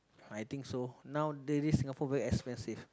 I think so now daily Singapore very expensive